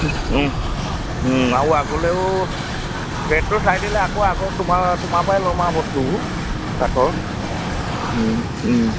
আৰু আগলৈও ৰেটটো চাই দিলে আকৌ আগৰ তোমাৰ তোমাৰ পৰাই ল'ম আৰু বস্তুবোৰ কাঠৰ